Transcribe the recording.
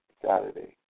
Saturday